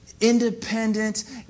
independent